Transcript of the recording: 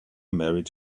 married